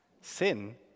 sin